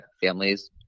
families